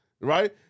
Right